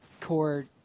core